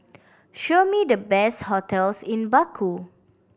show me the best hotels in Baku